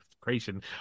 creation